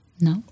No